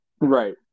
Right